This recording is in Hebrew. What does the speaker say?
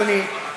אדוני,